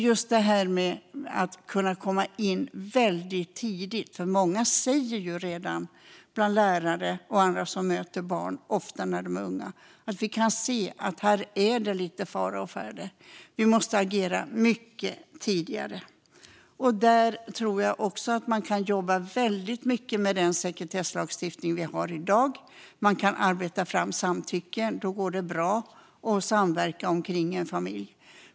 Det handlar om att kunna komma in väldigt tidigt. Många lärare och andra som möter barn - ofta när de är unga - säger att de kan se när det är fara å färde. Man måste agera mycket tidigare. Jag tror att man kan jobba väldigt mycket med den sekretesslagstiftning som vi har i dag. Man kan arbeta fram samtycke - då går det bra - och samverka kring en familj.